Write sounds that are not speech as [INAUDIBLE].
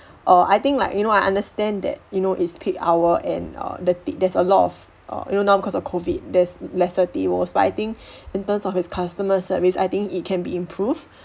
err I think like you know I understand that you know it's peak hour and err the ti~ there's a lot of err you know now because of COVID there's lesser tables but I think [BREATH] in terms of its customer service I think it can be improved